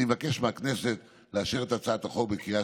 אני מבקש מהכנסת לאשר את הצעת החוק בקריאה